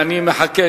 ייכנס.